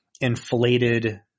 inflated